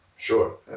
Sure